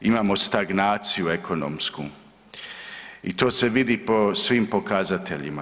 Imamo stagnaciju ekonomsku i to se vidi po svim pokazateljima.